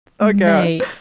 Okay